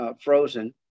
frozen